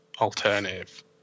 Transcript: alternative